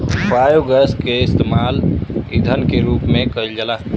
biogas के इस्तेमाल ईधन के रूप में कईल जाला